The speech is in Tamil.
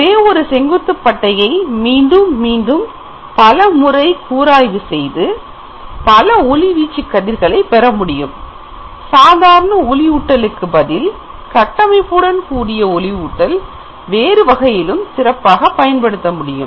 ஒரே ஒரு செங்குத்து பட்டையை மீண்டும் மீண்டும் பல முறை கூர் ஆய்வு செய்து பல ஒளிவீச்சு களை பெற முடியும் ப்ரொஜெக்ஷனுக்கு பதில் கட்டமைப்புடன் கூடிய ஒளியூட்டல் வேறு வகையிலும் சிறப்பாக பயன்படுத்த முடியும்